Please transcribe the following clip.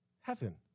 heaven